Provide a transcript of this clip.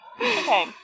Okay